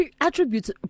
attributes